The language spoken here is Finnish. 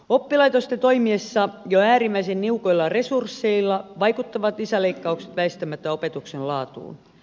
oppilaitosten toimiessa jo äärimmäisen niukoilla resursseilla vaikuttavat lisäresurssit väistämättä opetuksen laatuun